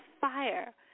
fire